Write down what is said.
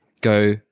go